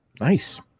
Nice